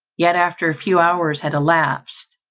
yet after a few hours had elapsed,